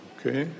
Okay